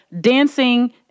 dancing